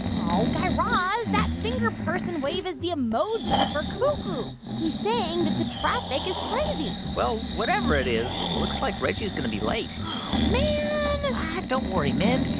oh, guy raz, that finger person wave is the emoji for cuckoo. he's saying that the traffic is crazy well, whatever it is, looks like reggie is going to be late aw, man don't worry, mind.